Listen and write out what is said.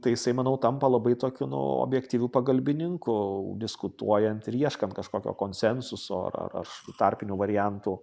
tai jisai manau tampa labai tokiu nu objektyviu pagalbininku diskutuojant ir ieškant kažkokio konsensuso ar ar ar tarpinių variantų